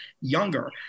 younger